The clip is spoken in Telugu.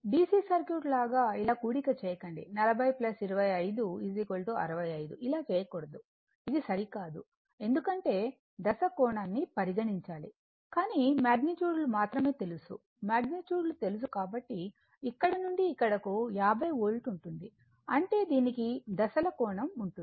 DC సర్క్యూట్ లాగా ఇలా కూడిక చేయకండి 40 25 65 ఇలా చేయకూడదు ఇది సరికాదు ఎందుకంటే దశ కోణాన్ని పరిగణించాలి కానీ మాగ్నిట్యూడ్ లు మాత్రమే తెలుసు మాగ్నిట్యూడ్ లు తెలుసు కాబట్టి ఇక్కడ నుండి ఇక్కడకు 50 వోల్ట్ ఉంటుంది అంటే దీనికి దశల కోణం ఉంటుంది